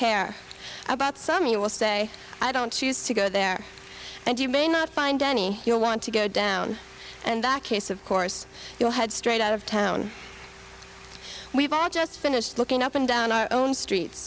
care about some you will say i don't choose to go there and you may not find any you want to go down and that case of course you head straight out of town we've all just finished looking up and down our own streets